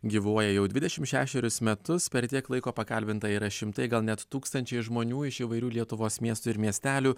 gyvuoja jau dvidešimt šešerius metus per tiek laiko pakalbinta yra šimtai gal net tūkstančiai žmonių iš įvairių lietuvos miestų ir miestelių